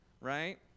right